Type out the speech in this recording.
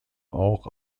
auch